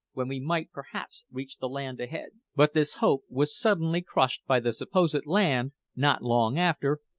when we might perhaps reach the land ahead. but this hope was suddenly crushed by the supposed land, not long after,